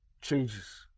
changes